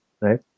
right